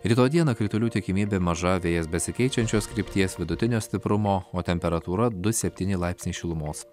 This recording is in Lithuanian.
rytoj dieną kritulių tikimybė maža vėjas besikeičiančios krypties vidutinio stiprumo temperatūra du septyni laipsniai šilumos